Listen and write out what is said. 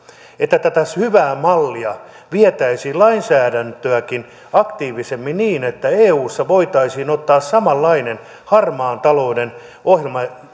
että tätä hyvää mallia vietäisiin lainsäädäntöäkin aktiivisemmin niin että eussa voitaisiin ottaa käyttöön samanlainen harmaan talouden